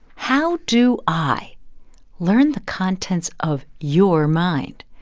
how do i learn the contents of your mind?